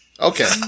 okay